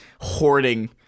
hoarding